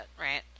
right